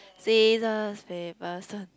scissors paper stone